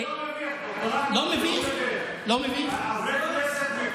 אתה לא מביך, חברי כנסת מכל,